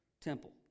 temple